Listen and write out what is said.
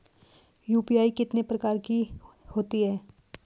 UPI कितने प्रकार की होती हैं?